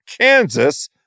Kansas